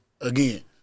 again